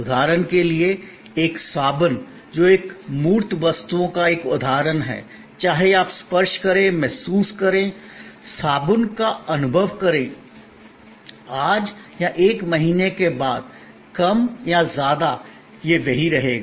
उदाहरण के लिए एक साबुन जो एक मूर्त वस्तुओं का एक उदाहरण है चाहे आप स्पर्श करें महसूस करें साबुन का अनुभव करें आज या एक महीने बाद कम या ज्यादा यह वही रहेगा